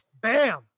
bam